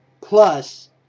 plus